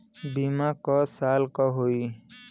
बीमा क साल क होई?